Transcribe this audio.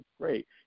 great